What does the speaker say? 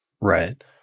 Right